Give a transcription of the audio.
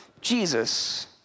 Jesus